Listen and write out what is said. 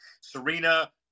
Serena